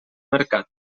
mercat